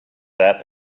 that